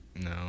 No